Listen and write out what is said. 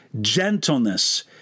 gentleness